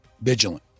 vigilant